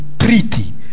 treaty